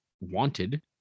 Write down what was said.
wanted